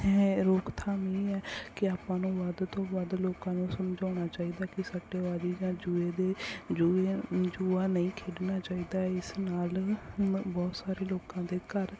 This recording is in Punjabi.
ਹੈ ਰੋਕਥਾਮੀ ਹੈ ਕਿ ਆਪਾਂ ਨੂੰ ਵੱਧ ਤੋਂ ਵੱਧ ਲੋਕਾਂ ਨੂੰ ਸਮਝਾਉਣਾ ਚਾਹੀਦਾ ਕਿ ਸੱਟੇਬਾਜੀ ਜਾਂ ਜੂਏ ਦੇ ਜੂਏ ਜੂਆ ਨਹੀਂ ਖੇਡਣਾ ਚਾਹੀਦਾ ਇਸ ਨਾਲ ਬਹੁਤ ਸਾਰੇ ਲੋਕਾਂ ਦੇ ਘਰ